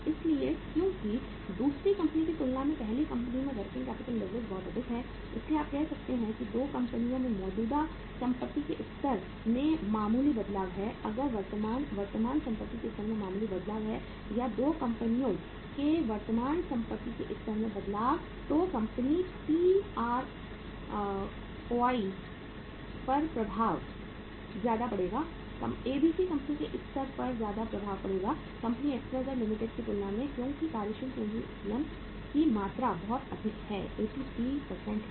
इसलिए क्योंकि दूसरी कंपनी की तुलना में पहली कंपनी में वर्किंग कैपिटल लीवरेज बहुत अधिक है इसलिए आप कह सकते हैं कि 2 कंपनियों में मौजूदा संपत्ति के स्तर में मामूली बदलाव है अगर वर्तमान वर्तमान संपत्ति के स्तर में मामूली बदलाव है या दो कंपनियों के वर्तमान संपत्ति के स्तर में बदलाव तो company P R O Y पर प्रभाव ज्यादा पड़ेगा एबीसी कंपनी के स्तर पर ज्यादा प्रभाव पड़ेगा company X Y Z limited की तुलना में क्योंकि कार्यशील पूंजी उत्तोलन की मात्रा बहुत अधिक है 83 है